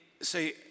say